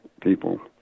people